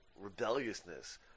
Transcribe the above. rebelliousness